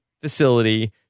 facility